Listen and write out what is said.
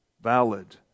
valid